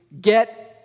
get